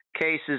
cases